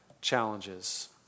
challenges